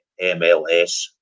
MLS